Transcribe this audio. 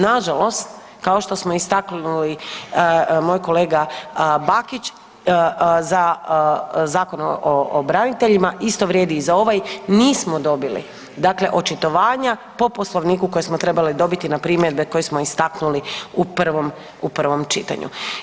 Nažalost kao što smo istaknuli, moj kolega Bakić za Zakon o braniteljima isto vrijedi i za ovaj, nismo dobili dakle očitovanja po Poslovniku koje smo trebali dobiti na primjedbe koje smo istaknuli u prvom, u prvom čitanju.